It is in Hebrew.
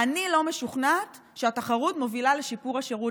אני לא משוכנעת שהתחרות מובילה לשיפור השירות.